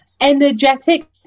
energetic